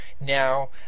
now